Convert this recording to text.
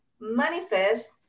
manifest